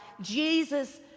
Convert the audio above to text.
Jesus